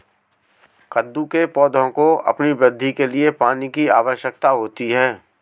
कद्दू के पौधों को अपनी वृद्धि के लिए पानी की आवश्यकता होती है